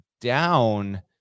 down